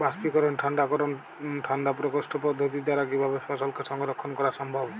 বাষ্পীকরন ঠান্ডা করণ ঠান্ডা প্রকোষ্ঠ পদ্ধতির দ্বারা কিভাবে ফসলকে সংরক্ষণ করা সম্ভব?